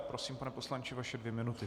Prosím, pane poslanče, vaše dvě minuty.